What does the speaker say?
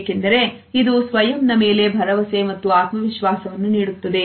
ಏಕೆಂದರೆ ಇದು ಸ್ವಯಂ ನ ಮೇಲೆ ಭರವಸೆ ಮತ್ತು ಆತ್ಮವಿಶ್ವಾಸವನ್ನು ನೀಡುತ್ತದೆ